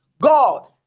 god